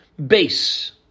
base